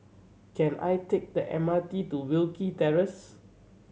can I take the M R T to Wilkie Terrace